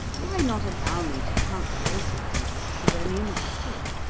why not allow me to translate it into ciceronian latin?